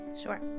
Sure